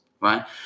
Right